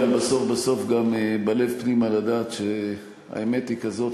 בסוף בלב פנימה לדעת שהאמת היא כזאת,